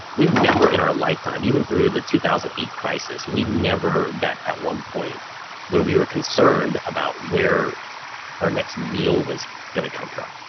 we've never in our lifetime, even through the two thousand and eight crisis, we never got at one point where we were concerned about where our next meal was gonna come from.